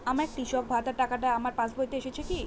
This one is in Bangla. আমার কৃষক ভাতার টাকাটা আমার পাসবইতে এসেছে কি?